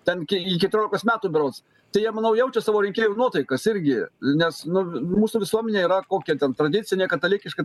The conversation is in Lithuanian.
ten iki iki keturiolikos metų berods tai jie manau jaučia savo rinkėjų nuotaikas irgi nes nu mūsų visuomenė yra kokia ten tradicinė katalikiška